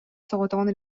соҕотоҕун